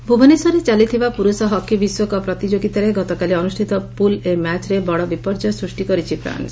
hockey ଭୁବନେଶ୍ୱରରେ ଚାଲିଥିବା ପୁରୁଷ ହକି ବିଶ୍ୱକପ୍ ପ୍ରତିଯୋଗିତାର ଗତକାଲି ଅନୁଷ୍ଟିତ ପୁଲ୍ ଏ ମ୍ୟାଚ୍ରେ ବଡ଼ ବିପର୍ଯ୍ୟୟ ସୃଷ୍ଟି କରିଛି ଫ୍ରାନ୍